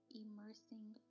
immersing